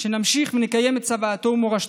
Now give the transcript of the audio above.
שנמשיך ונקיים את צוואתו ומורשתו.